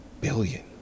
billion